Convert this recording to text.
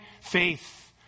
faith